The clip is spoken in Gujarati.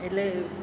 એટલે